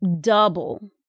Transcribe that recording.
double